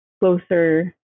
closer